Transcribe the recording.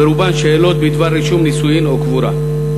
רובן שאלות בדבר רישום נישואים או קבורה.